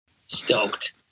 stoked